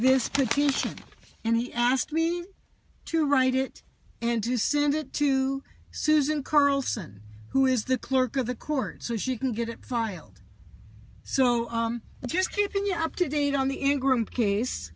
this petition and he asked me to write it and to send it to susan carlson who is the clerk of the court so she can get it filed so just keeping you up to date on the ingram case